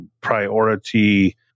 priority